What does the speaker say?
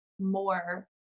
more